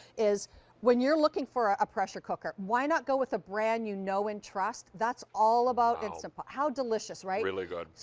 when you're looking for ah pressure cooker, why not go with a brand you know and trust? that's all about instant pot. how delicious, right? really good.